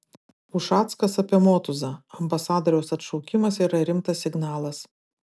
ušackas apie motuzą ambasadoriaus atšaukimas yra rimtas signalas